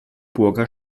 burger